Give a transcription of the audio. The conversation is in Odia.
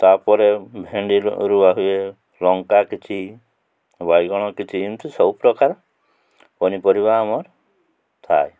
ତା'ପରେ ଭେଣ୍ଡି ରୁଆ ହୁଏ ଲଙ୍କା କିଛି ବାଇଗଣ କିଛି ଏମିତି ସବୁପ୍ରକାର ପନିପରିବା ଆମର୍ ଥାଏ